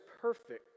perfect